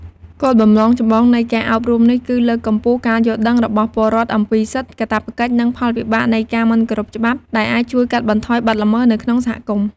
គោលបំណងចម្បងនៃការអប់រំនេះគឺ លើកកម្ពស់ការយល់ដឹង របស់ពលរដ្ឋអំពីសិទ្ធិ កាតព្វកិច្ច និងផលវិបាកនៃការមិនគោរពច្បាប់ ដែលអាចជួយ កាត់បន្ថយបទល្មើស នៅក្នុងសហគមន៍។